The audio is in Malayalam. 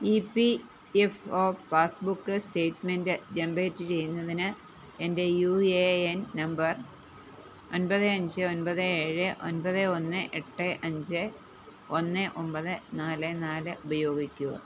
E P F O passbook statement generate ചെയ്യുന്നതിന് എൻ്റെ യു എ എൻ നമ്പർ ഒൻപത് അഞ്ച് ഒൻപത് ഏഴ് ഒൻപത് ഒന്ന് എട്ട് അഞ്ച് ഒന്ന് ഒൻപത് നാല് നാല് ഉപയോഗിക്കുക